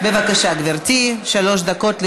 בבקשה, גברתי, שלוש דקות לרשותך.